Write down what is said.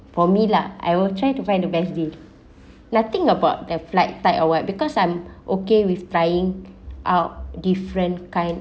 for me lah I will try to find the best view nothing about the flight tight or what because I'm okay with trying out different kind